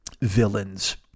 villains